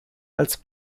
als